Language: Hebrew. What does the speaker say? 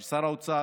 של שר האוצר.